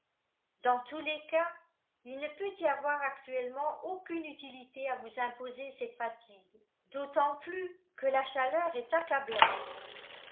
dans tous les cas il ne peut y avoir actuellement aucune utilité à vous imposer cette fatigue d'autant plus que la chaleur est accablante